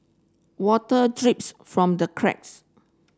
water drips from the cracks